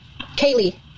Kaylee